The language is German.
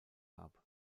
gab